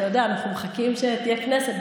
אתה יודע, אנחנו מחכים שתהיה כנסת.